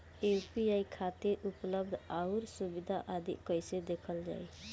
UPI खातिर उपलब्ध आउर सुविधा आदि कइसे देखल जाइ?